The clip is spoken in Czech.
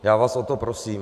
Já vás o to prosím.